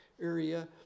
area